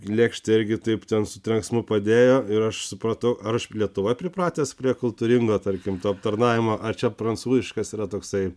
lėkštę irgi taip ten su trenksmu padėjo ir aš supratau ar lietuvoj pripratęs prie kultūringo tarkim to aptarnavimo ar čia prancūziškas yra toksai